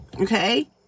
Okay